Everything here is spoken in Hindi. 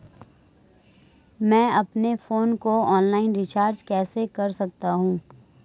मैं अपने फोन को ऑनलाइन रीचार्ज कैसे कर सकता हूं?